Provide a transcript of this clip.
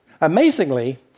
Amazingly